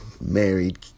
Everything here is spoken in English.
married